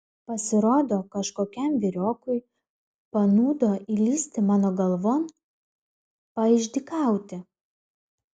pasirodo kažkokiam vyriokui panūdo įlįsti mano galvon paišdykauti